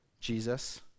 Jesus